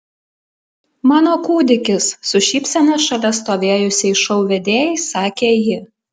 mano kūdikis su šypsena šalia stovėjusiai šou vedėjai sakė ji